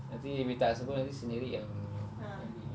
nanti minta siapa nanti sendiri yang nanti